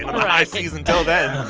high seas until then.